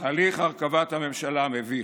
תהליך הרכבת הממשלה מביך.